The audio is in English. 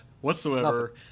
whatsoever